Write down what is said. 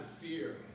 fear